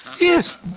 Yes